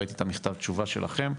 ראיתי את המכתב תשובה שלכם,